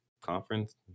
Conference